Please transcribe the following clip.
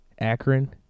Akron